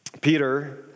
Peter